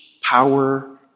power